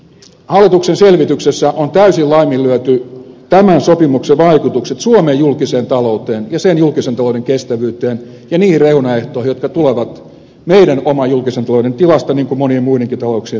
hallituksen selvityksessä on täysin laiminlyöty tämän sopimuksen vaikutukset suomen julkiseen talouteen ja sen julkisen talouden kestävyyteen ja niihin reunaehtoihin jotka tulevat meidän oman julkisen talouden tilasta niin kuin monien muidenkin talouksien tilasta